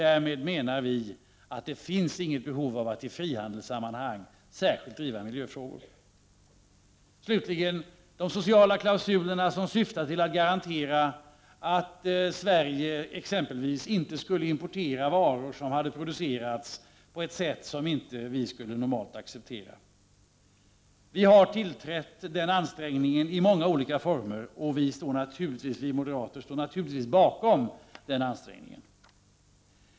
Därmed menar vi att det inte finns något behov av att i frihandelsammanhang driva miljöfrågor. Slutligen några ord om den sociala klausulen, som syftar till att garantera att Sverige exempelvis inte skall importera varor som har producerats på ett sätt som vi normalt inte skulle acceptera. Vi har biträtt sådana ansträngningar i många olika former, och vi moderater står naturligtvis bakom dessa ansträngningar.